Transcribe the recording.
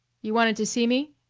you wanted to see me?